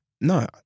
no